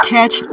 Catch